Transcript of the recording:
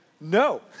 no